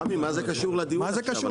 רמי, מה זה קשור לדיון עכשיו?